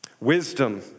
wisdom